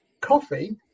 coffee